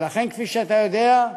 ולכן, כפי שאתה יודע,